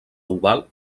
oval